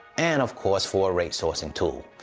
and of course, for a rate sourcing tool.